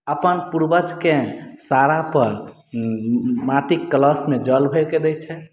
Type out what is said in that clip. अपन पूर्वजके सारापर माटिक कलशमे जल भरिके दैत छथि